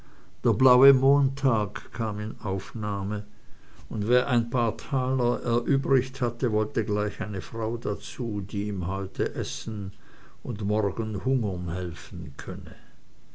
der blaue montag kam in aufnahme und wer ein paar taler erübrigt hatte wollte gleich eine frau dazu die ihm heute essen und morgen hungern helfen könne